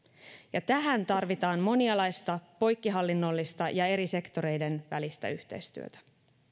ja tähän tarvitaan monialaista poikkihallinnollista ja eri sektoreiden välistä yhteistyötä